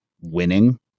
winning